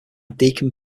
deacon